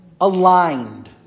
aligned